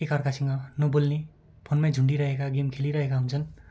एक अर्कासँग नबोल्ने फोनमै झुन्डिरहेका फोन खेलिरहेका हुन्छन्